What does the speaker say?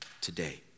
today